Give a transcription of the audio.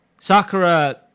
Sakura